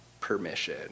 permission